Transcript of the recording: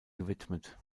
gewidmet